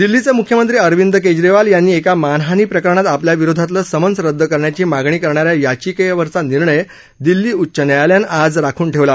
दिल्लीचे म्ख्यमंत्री अरविंद केजरीवाल यांनी एका मानहानी प्रकरणात आपल्या विरोधातलं समन्स रदद करण्याची मागणी करणाऱ्या याचिकेवरचा निर्णय दिल्ली उच्च न्यायालयानं आज राखून ठेवला